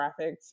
graphics